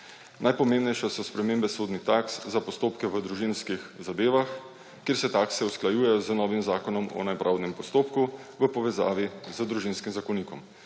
Najpomembnejše so spremembe sodnih taks za postopke v družinskih zadevah, kjer se takse usklajujejo z novim Zakonom o nepravdnem postopku v povezavi z Družinskih zakonikom.